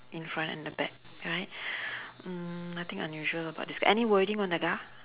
in front and the back right mm nothing unusual about this any wording on the car